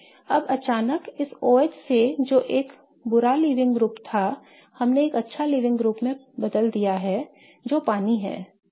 अब अचानक इस OH से जो एक बुरा लीविंग ग्रुप था हमने एक अच्छा लीविंग ग्रुप बदल दिया है जो पानी है